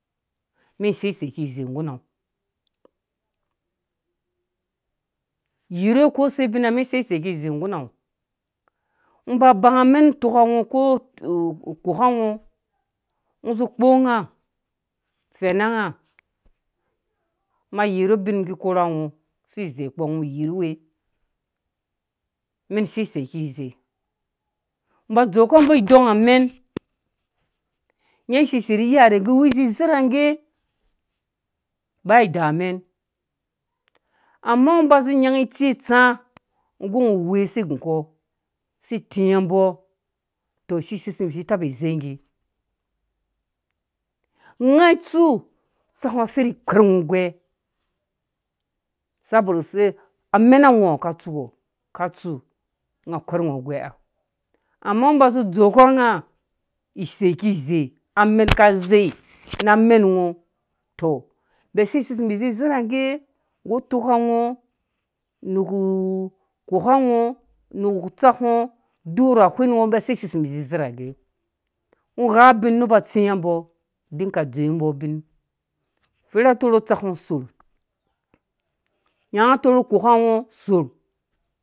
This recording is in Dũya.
Mɛn seisei ki ze ngguma yirhowe ko sebina mɛn seisei kize ngguna ngɔ ngɔ banga amɛnu tokango ko kokangɔ ngɔ zu kponga fɛna nga ma yirhu ubinkikorha ngɔ si zeikpɔ ngo yiruwe mɛn seisei kize mbz dzowukɔmbɔ idang amɛn nyaa seisei rri yaharɛ nggawu zezerhangge bai idaa amɛn amma ngɔ ba zĩ nyanyi itsi tsã ngge ngɔ we si guko si tingɔ mbɔ tɔ siseimbi si taba izeingge nga ai tsu tsakngɔ saki kwɛr ngɔ ugwɛ sabɔruse amɛnango ha tsukɔ ka tsu nga kwɛrngɔ ugwɛha amma ngo ba zu dzowekɔ mg isei kize amɛn ka zei na mɛngɔ tɔ mbi seisesumbi zezerangge ngɔ gha ubin neba ba tsĩngɔ mbɔ dinka dzowe mbo ubin fer atoro utsakngɔ sorh nyanga ɛtoro kokango sorh.